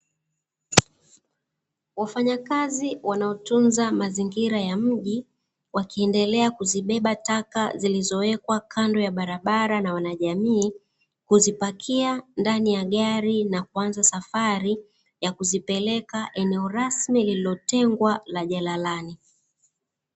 Wafanyakazi wanaotunza mazingira ya mji wakiendelea kuzibeba taka zilizowekwa kando ya barabara na wanajamii, huzipakia ndani ya gari na kuanza safari ya kuzipeleka eneo la rasmi lililotengwa la jalalani.